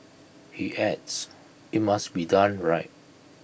he adds IT must be done right